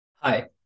Hi